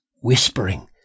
whispering